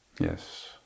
Yes